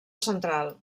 central